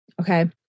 okay